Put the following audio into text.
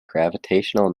gravitational